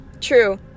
True